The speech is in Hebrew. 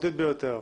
המשמעותית ביותר.